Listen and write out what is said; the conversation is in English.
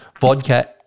vodka